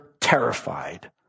terrified